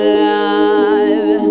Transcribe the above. love